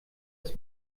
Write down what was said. des